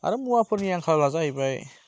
आरो मुवाफोरनि आंखाला जाहैबाय